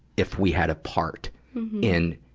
if we had a part in,